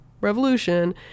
revolution